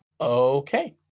Okay